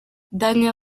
daniel